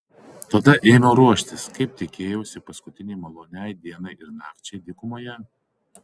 tada ėmiau ruoštis kaip tikėjausi paskutinei maloniai dienai ir nakčiai dykumoje